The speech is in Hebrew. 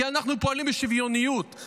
כי אנחנו פועלים בשוויוניות,